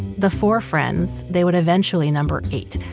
the four friends, they would eventually number eight,